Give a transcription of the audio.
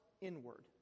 inward